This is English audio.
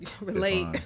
relate